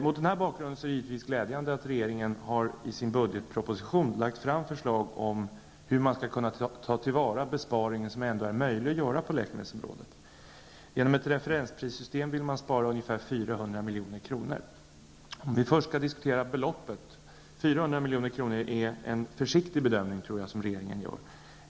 Mot denna bakgrund är det givetvis glädjande att regeringen i sin budgetproposition har lagt fram förslag om hur man skall kunna ta till vara den besparing som ändå är möjlig att göra på läkemedelsområdet. Genom ett referensprissystem vill man spara ungefär 400 milj.kr. Låt mig först diskutera beloppet. 400 milj.kr. är en försiktig bedömning, tror jag.